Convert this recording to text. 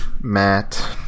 Matt